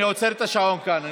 אני עוצר את השעון כאן.